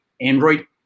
Android